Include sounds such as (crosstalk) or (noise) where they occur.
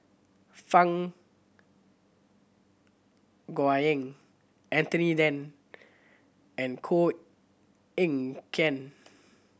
Fang (unintelligible) Anthony Then and Koh Eng Kian